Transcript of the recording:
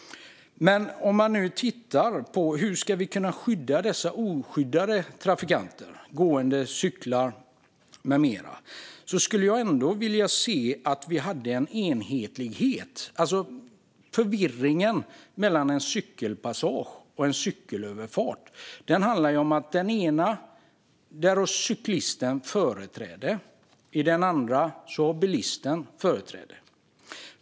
När vi tittar på hur vi ska kunna skydda dessa oskyddade trafikanter - gående, cyklister med flera - skulle jag ändå vilja se en enhetlighet. Förvirringen när det gäller vad som är en cykelpassage och vad som är en cykelöverfart handlar om att vid den ena har cyklisten företräde och vid den andra har bilisten företräde.